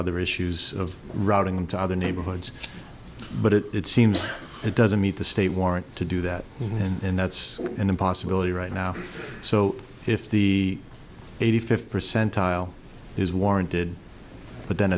other issues of routing them to other neighborhoods but it seems it doesn't meet the state warrant to do that and that's an impossibility right now so if the eighty fifth percentile is warranted but then